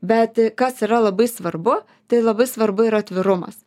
bet kas yra labai svarbu tai labai svarbu yra atvirumas